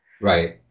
Right